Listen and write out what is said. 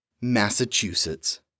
Massachusetts